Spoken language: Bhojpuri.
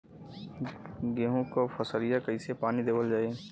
गेहूँक फसलिया कईसे पानी देवल जाई?